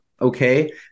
okay